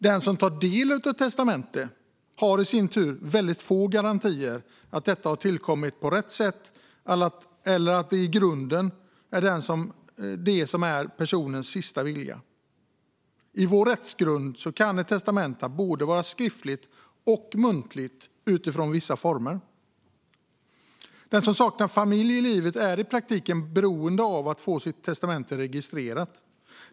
Den som tar del av testamentet har i sin tur väldigt få garantier för att det har tillkommit på rätt sätt eller att det verkligen är personens sista vilja. I vår rättsgrund kan ett testamente vara antingen skriftligt eller muntligt utifrån vissa former. Den som saknar familj i livet är i praktiken beroende av att få sitt testamente registrerat.